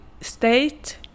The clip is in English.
state